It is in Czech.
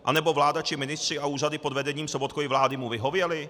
Nebo vláda či ministři a úřady pod vedením Sobotkovy vlády mu vyhověli?